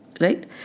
right